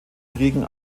kriegen